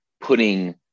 putting